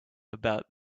about